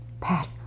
Pat